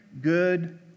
good